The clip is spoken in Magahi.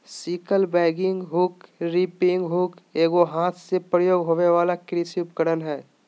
sickle bagging hook, reaping hook एगो हाथ से प्रयोग होबे वला कृषि उपकरण हइ